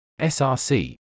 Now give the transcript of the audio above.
src